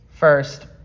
First